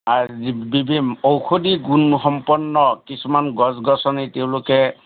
আৰু বিবিধ ঔষধি গুণ সম্পন্ন কিছুমান গছ গছনি তেওঁলোকে